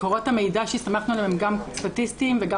מקורות המידע שהסתמכנו עליהם הם גם סטטיסטיים וגם